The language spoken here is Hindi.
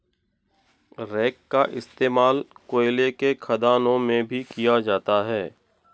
रेक का इश्तेमाल कोयले के खदानों में भी किया जाता है